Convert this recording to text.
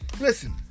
Listen